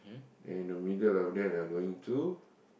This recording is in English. and the middle of that I'm going to